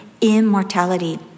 immortality